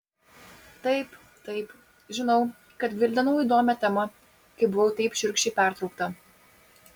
taip taip žinau kad gvildenau įdomią temą kai buvau taip šiurkščiai pertraukta